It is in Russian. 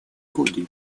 годы